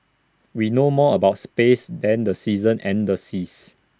we know more about space than the seasons and the seas